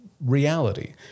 reality